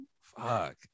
fuck